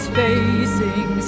facing